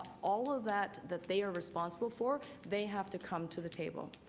all of that that they are responsible for, they have to come to the table.